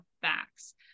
facts